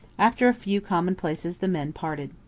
after a few commonplaces the men parted.